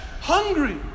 hungry